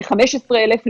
ל-15,000,